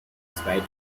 spite